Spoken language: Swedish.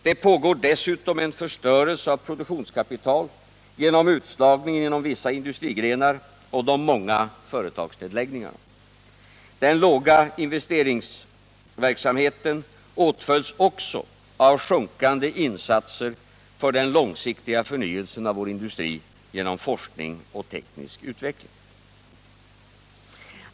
Det pågår dessutom en förstörelse av produktionskapital genom utslagningen inom vissa industrigrenar och de många företagsnedläggningarna. Den låga investeringsverksamheten åtföljs också av sjunkande insatser för den långsiktiga förnyelsen av vår industri genom forskning och teknisk utveckling.